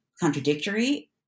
contradictory